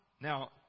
Now